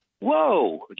Whoa